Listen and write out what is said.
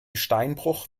steinbruch